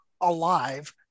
alive